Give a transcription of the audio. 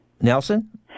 Nelson